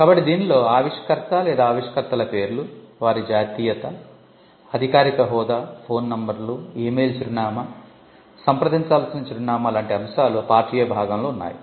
కాబట్టి దీనిలో ఆవిష్కర్తఆవిష్కర్తల పేర్లు వారి జాతీయత అధికారిక హోదా ఫోన్ నెంబర్లు ఈ మెయిల్ చిరునామాసంప్రదించాల్సిన చిరునామా లాంటి అంశాలు పార్ట్ A భాగంలో ఉన్నాయి